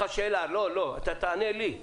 אתה תענה לי.